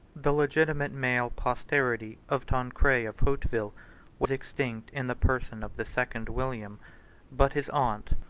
the legitimate male posterity of tancred of hauteville was extinct in the person of the second william but his aunt,